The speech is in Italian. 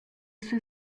sue